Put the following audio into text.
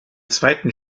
zweiten